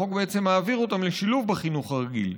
והחוק בעצם מעביר אותם לשילוב בחינוך הרגיל.